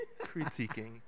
critiquing